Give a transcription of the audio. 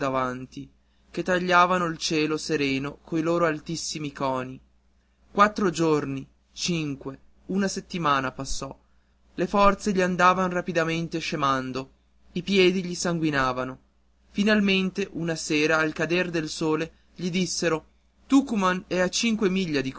che tagliavano il cielo sereno coi loro altissimi coni quattro giorni cinque una settimana passò le forze gli andavan rapidamente scemando i piedi gli sanguinavano finalmente una sera al cader del sole gli dissero tucuman è a cinque